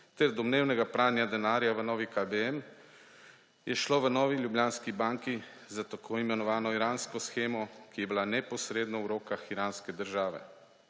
ter domnevnega pranja denarja v Novi KBM, je šlo v Novi Ljubljanski banki za tako imenovano iransko shemo, ki je bila neposredno v rokah iranske države.